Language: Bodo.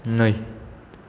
नै